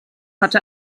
hatte